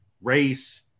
race